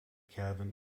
calvin